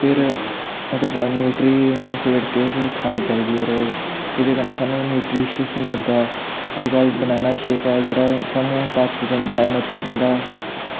फिर ओह्दे बाद न्यूट्री सेड़ के फिर खानी चाहिदी ऐ रोज़ एह्दे कन्नै तोआनू न्यूट्रिशियस मिलदा ऐ ओह्दे बाद बनैना शेक ऐ जेह्ड़ा ओह् थुआनू ताकत दिंदा ऐ इनार्जी दिंदा